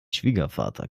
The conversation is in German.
schwiegervater